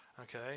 Okay